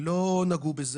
לא נגעו בזה.